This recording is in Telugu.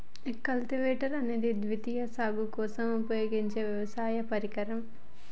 కల్టివేటర్ అనేది ద్వితీయ సాగు కోసం ఉపయోగించే వ్యవసాయ పరికరం